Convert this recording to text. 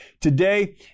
today